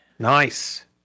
Nice